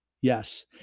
Yes